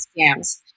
scams